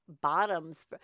bottoms